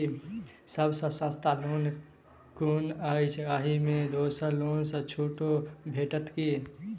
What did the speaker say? सब सँ सस्ता लोन कुन अछि अहि मे दोसर लोन सँ छुटो भेटत की?